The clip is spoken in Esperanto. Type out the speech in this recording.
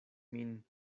min